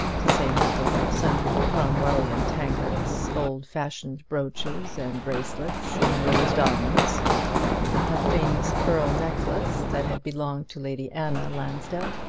to say nothing of sundry cromwellian tankards, old-fashioned brooches and bracelets in rose-diamonds, a famous pearl necklace that had belonged to lady anna lansdell,